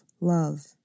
love